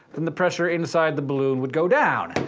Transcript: then the pressure inside the balloon would go down.